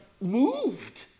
moved